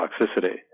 toxicity